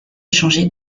changer